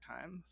times